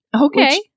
Okay